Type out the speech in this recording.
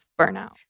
burnout